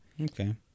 Okay